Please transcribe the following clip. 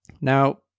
Now